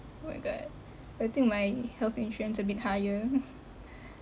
oh my god I think my health insurance a bit higher